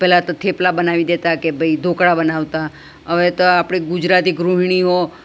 પહેલાં તો થેપલા બનાવી દેતા કે ભાઈ ઢોકળા બનાવતા હવે તો આપણે ગુજરાતી ગૃહિણીઓ